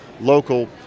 local